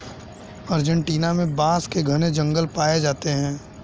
Argentina में बांस के घने जंगल पाए जाते हैं